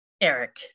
eric